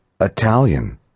Italian